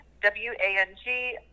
W-A-N-G